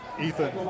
Ethan